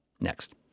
next